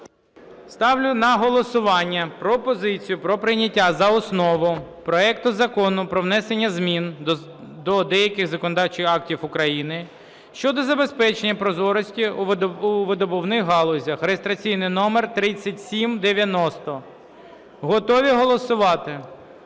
Ставлю на голосування пропозицію про прийняття за основу проекту Закону про внесення змін до деяких законодавчих актів України щодо забезпечення прозорості у видобувних галузях (реєстраційний номер 3790). Готові голосувати?